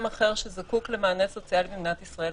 אחר שזקוק למענה סוציאלי במדינת ישראל,